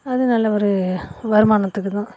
அது நல்ல ஒரு வருமானத்துக்கு தான்